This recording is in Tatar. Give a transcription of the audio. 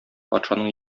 патшаның